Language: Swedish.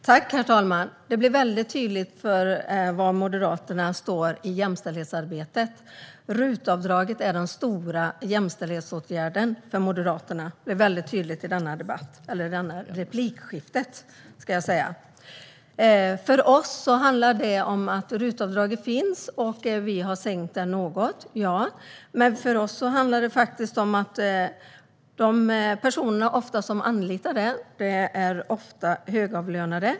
Herr talman! Det blir tydligt var Moderaterna står i jämställdhetsarbetet. RUT-avdraget är den stora jämställdhetsåtgärden för Moderaterna. Det är tydligt i detta replikskifte. RUT-avdraget finns. Vi socialdemokrater har sänkt det något. För oss handlar det om att de personer som ofta anlitar RUT-avdraget är högavlönade.